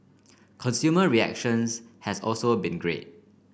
consumer reactions has also been great